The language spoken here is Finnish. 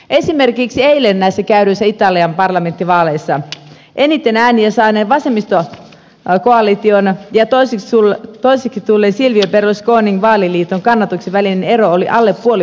esimerkiksi näissä eilen käydyissä italian parlamenttivaaleissa eniten ääniä saaneen vasemmistokoalition ja toiseksi tulleen silvio berlusconin vaaliliiton kannatuksen välinen ero oli alle puoli prosenttia